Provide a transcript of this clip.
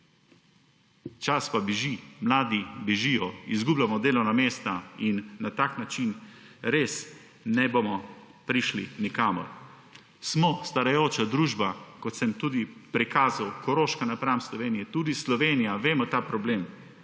Čas pa beži, mladi bežijo, izgubljamo delovna mesta in na tak način res ne bomo prišli nikamor. Smo starajoča se družba, kot sem prikazal, Koroška napram Sloveniji, tudi Slovenija, poznamo ta problem.